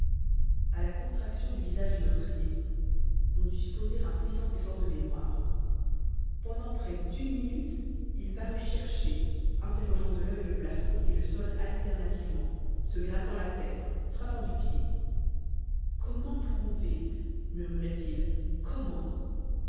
à la contraction du visage du meurtrier on dut supposer un puissant effort de mémoire pendant près d'une minute il parut chercher interrogeant de l'œil le plafond et le sol alternativement se grattant la tête frappant du pied comment prouver murmurait-il comment